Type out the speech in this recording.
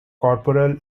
corporal